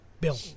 Bill